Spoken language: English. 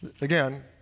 again